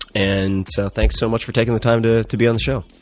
and so thanks so much for taking the time to to be on the show.